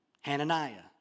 Hananiah